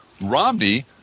Romney